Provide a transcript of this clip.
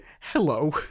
Hello